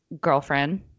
girlfriend